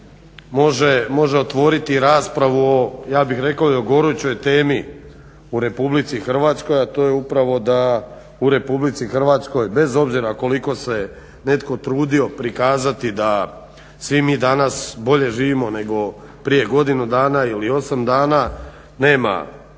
može otvoriti raspravu o ja bih rekao o gorućoj temi u RH, a to je upravo da u RH bez obzira koliko se netko trudio prikazati da svi mi danas bolje živimo nego prije godinu dana ili 8 dana nema